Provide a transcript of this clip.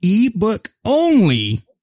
ebook-only